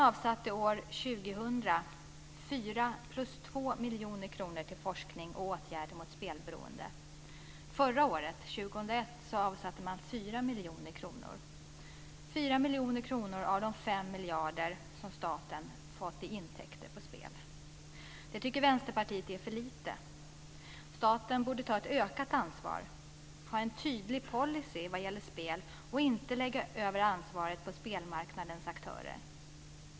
avsatte man 4 miljoner kronor. Det är 4 miljoner av de 5 miljarder som staten fått i intäkter på spel. Vänsterpartiet tycker att det är för lite. Staten borde ta ett ökat ansvar, ha en tydlig policy vad gäller spel och inte lägga över ansvaret på spelmarknadens aktörer.